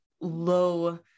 low